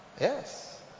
yes